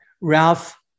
Ralph